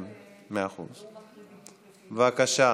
בבקשה,